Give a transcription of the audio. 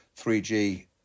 3G